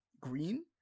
green